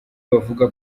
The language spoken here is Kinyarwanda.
bavuga